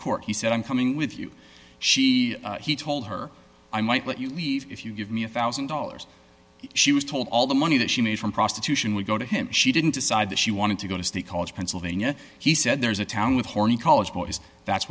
court he said i'm coming with you she he told her i might let you leave if you give me a one thousand dollars she was told all the money that she made from prostitution we go to him she didn't decide that she wanted to go to state college pennsylvania he said there's a town with horny college boys that's